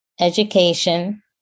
education